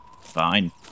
Fine